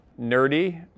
Nerdy